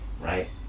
right